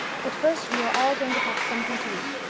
but first we are all going to have something to eat.